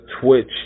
Twitch